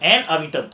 and அவிட்டம்:avittam